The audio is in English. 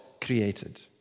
created